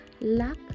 luck